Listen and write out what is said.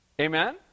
Amen